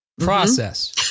process